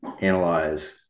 analyze